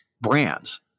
brands